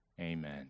Amen